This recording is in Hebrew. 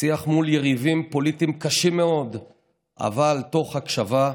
שיח מול יריבים פוליטיים קשים מאוד אבל מתוך הקשבה,